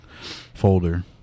folder